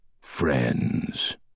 friends